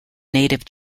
native